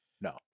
No